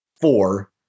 four